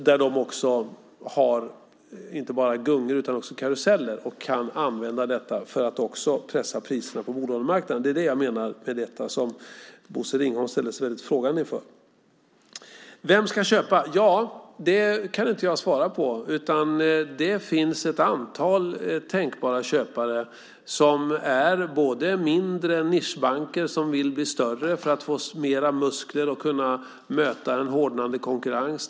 Dessa banker har inte bara gungor utan också karuseller och kan använda detta för att också pressa priserna på bolånemarknaden. Det är det som Bosse Ringholm ställer sig väldigt frågande inför. Vem ska köpa SBAB? Ja, det kan jag inte svara på, utan det finns ett antal tänkbara köpare. Det finns mindre nischbanker som vill bli större för att få mer muskler och kunna möta en hårdnande konkurrens.